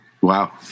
Wow